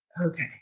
okay